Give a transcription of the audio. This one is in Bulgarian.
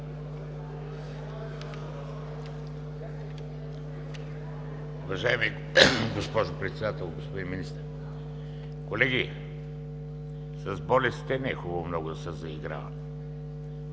Уважаема госпожо Председател, господин Министър! Колеги, с болестите не е хубаво много да се заиграваме.